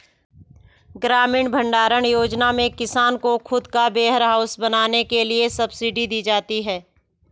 ग्रामीण भण्डारण योजना में किसान को खुद का वेयरहाउस बनाने के लिए सब्सिडी दी जाती है